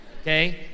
Okay